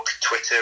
Twitter